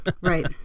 Right